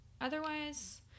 otherwise